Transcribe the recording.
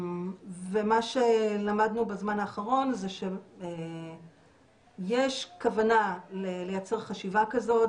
מה שלמדנו בזמן האחרון זה שיש כוונה לייצר חשיבה כזאת,